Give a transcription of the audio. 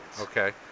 Okay